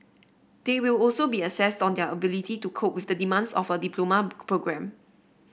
they will also be assessed on their ability to cope with the demands of a diploma programme